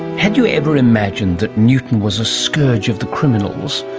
had you ever imagined that newton was a scourge of the criminals?